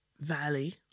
valley